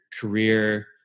career